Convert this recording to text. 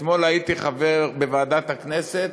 אתמול הייתי בישיבת ועדת הכנסת,